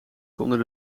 konden